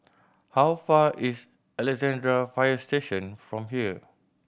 how far is Alexandra Fire Station from here